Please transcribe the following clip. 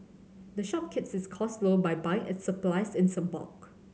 the shop keeps its costs low by buying its supplies in bulk